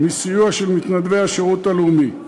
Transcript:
מסיוע של מתנדבי השירות הלאומי.